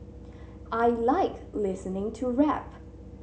I like listening to rap